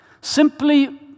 Simply